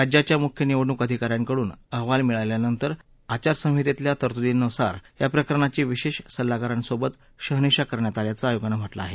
राज्याच्या मुख्य निवडणूक अधिकाऱ्यांकडून अहवाल मिळाल्यानंतर आदर्श आचारसंहितेतल्या तरतुदींनुसार या प्रकरणाची विशेष सल्लागारांसोबत शहानिशा करण्यात आल्याचं आयोगानं म्हटलं आहे